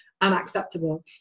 unacceptable